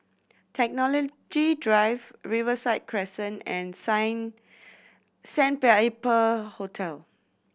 Technology Drive Riverside Crescent and Sign Sandpiper Hotel